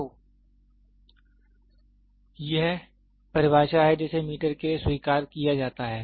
तो यह परिभाषा है जिसे मीटर के लिए स्वीकार किया जाता है